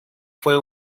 fue